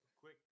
Quick